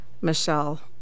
Michelle